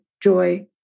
joy